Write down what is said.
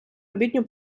обідню